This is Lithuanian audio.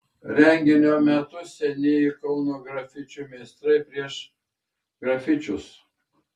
renginio metu senieji kauno grafičių meistrai pieš grafičius